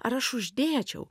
ar aš uždėčiau